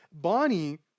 Bonnie